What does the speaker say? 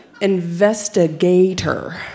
Investigator